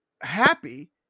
happy